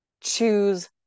choose